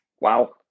Wow